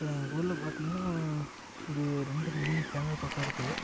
இப்போ எங்கள் ஊரில் பார்த்தீங்கன்னா ஒரு ரெண்டு மூணு சேனல் பக்கம் இருக்குது